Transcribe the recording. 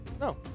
No